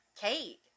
Kate